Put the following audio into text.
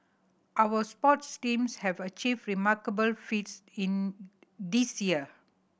our sports teams have achieved remarkable feats in this year